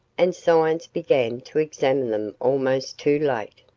and science began to examine them almost too late.